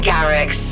Garrix